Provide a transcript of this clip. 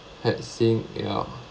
had seen ya